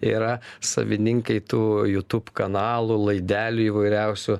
yra savininkai tų jutub kanalų laidelių įvairiausių